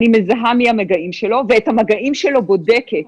אני מזהה מי המגעים שלו, ואת המגעים שלו בודקת.